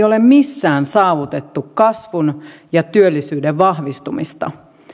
ole missään saavutettu kasvun ja työllisyyden vahvistumista